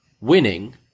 winning